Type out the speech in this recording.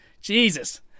Jesus